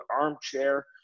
armchair